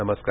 नमस्कार